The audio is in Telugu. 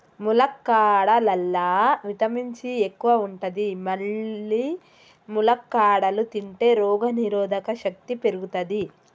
ములక్కాడలల్లా విటమిన్ సి ఎక్కువ ఉంటది మల్లి ములక్కాడలు తింటే రోగనిరోధక శక్తి పెరుగుతది